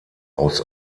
aus